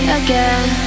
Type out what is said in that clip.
again